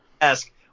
ask